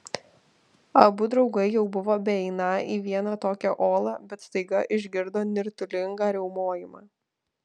abu draugai jau buvo beeiną į vieną tokią olą bet staiga išgirdo nirtulingą riaumojimą